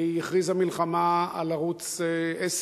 והיא הכריזה מלחמה על ערוץ-10,